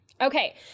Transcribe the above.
Okay